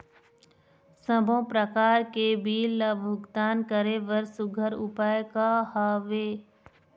सबों प्रकार के बिल ला भुगतान करे बर सुघ्घर उपाय का हा वे?